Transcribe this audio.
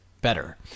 better